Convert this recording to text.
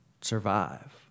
survive